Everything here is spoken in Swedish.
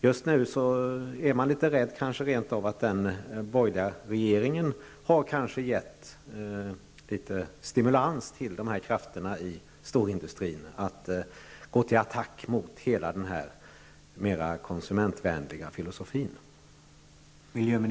Jag är litet rädd för att den borgerliga regeringen nu rent av har givit en viss stimulans till dessa krafter i storindustrin att gå till attack mot hela den mer konsumentvänliga filosofin.